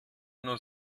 nur